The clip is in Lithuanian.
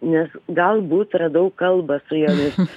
nes galbūt radau kalbą su jomis